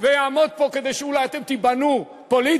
ויעמוד פה כדי שאתם אולי תיבנו פוליטית?